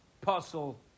puzzle